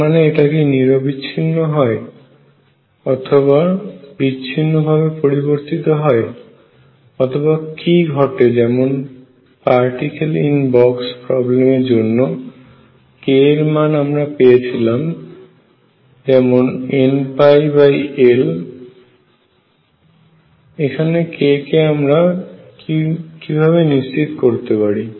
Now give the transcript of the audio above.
তার মানে এটাকি নিরবিচ্ছিন্ন হয় অথবা বিচ্ছিন্ন ভাবে পরিবর্তিত হয় অথবা কী ঘটে যেমন পার্টিকেল ইন এ বক্স প্রবলেমের জন্য k এর মান আমরা পেয়েছিলাম যেমন nπL এখানে k কে আমরা কিভাবে নিশ্চিত করতে পারি